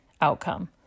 outcome